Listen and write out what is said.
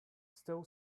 still